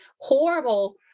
horrible